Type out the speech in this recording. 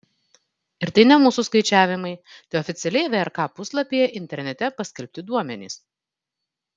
ir tai ne mūsų skaičiavimai tai oficialiai vrk puslapyje internete paskelbti duomenys